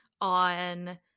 on